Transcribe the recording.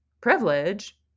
privilege